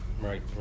Right